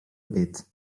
bit